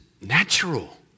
natural